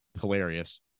hilarious